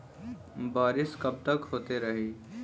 बरिस कबतक होते रही?